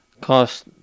Cost